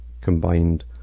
combined